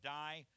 die